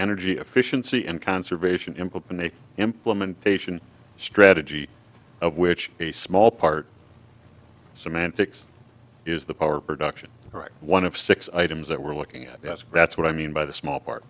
energy efficiency and conservation implement a implementation strategy of which a small part semantics is the power production right one of six items that we're looking at yes that's what i mean by the small